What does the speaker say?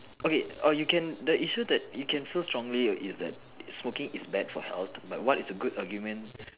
okay or you can the issue that you can feel strongly smoking is bad for health but what is a good argument